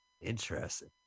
Interesting